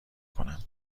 کنم